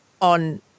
on